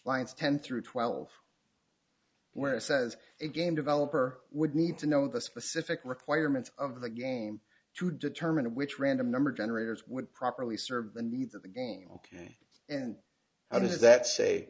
lines ten through twelve where it says a game developer would need to know the specific requirements of the game to determine which random number generators would properly serve the needs of the game ok and how does that say